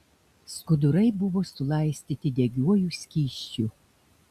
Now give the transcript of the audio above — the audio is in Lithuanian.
skudurai buvo sulaistyti degiuoju skysčiu